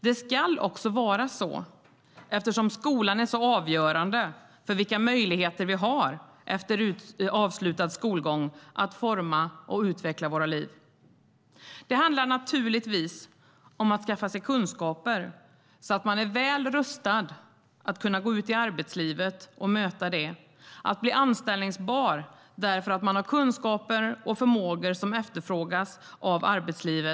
Det ska också vara så eftersom skolan är så avgörande för vilka möjligheter vi har efter avslutad skolgång att forma och utveckla våra liv. Det handlar naturligtvis om att skaffa sig kunskaper så att man är väl rustad att kunna gå ut arbetslivet och möta det och bli anställningsbar därför att man har kunskaper och förmågor som efterfrågas i arbetslivet.